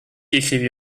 écrivit